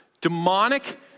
demonic